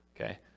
Okay